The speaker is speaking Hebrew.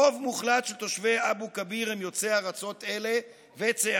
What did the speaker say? רוב מוחלט של תושבי אבו כביר הם יוצאי ארצות אלה וצאצאיהם,